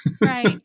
right